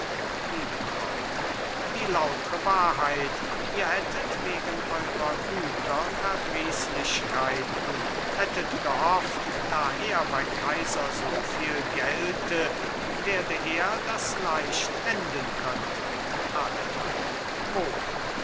liebetraut die lautre wahrheit ihr hättet wegen eurer güter verdrießlichkeiten hättet gehofft da er beim kaiser so viel gelte werde er das leicht enden können adelheid wohl